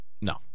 No